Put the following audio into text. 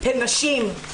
הן נשים.